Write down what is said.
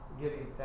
Giving